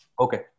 Okay